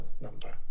number